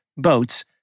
Boats